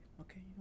okay